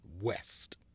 West